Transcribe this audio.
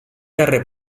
darrer